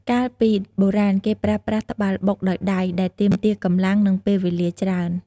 កាលពីបុរាណ គេប្រើប្រាស់ ត្បាល់បុក ដោយដៃ ដែលទាមទារកម្លាំង និងពេលវេលាច្រើន។